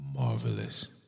marvelous